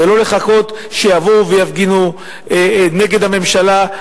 ולא לחכות שיבואו ויפגינו נגד הממשלה,